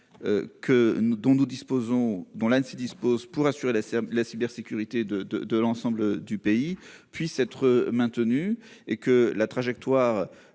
dont l'Anssi dispose pour assurer la cybersécurité de l'ensemble du pays soit maintenu, que la trajectoire